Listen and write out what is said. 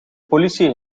politie